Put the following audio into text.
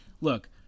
Look